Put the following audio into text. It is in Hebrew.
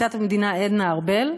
פרקליטת המדינה עדנה ארבל.